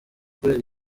kubera